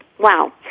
Wow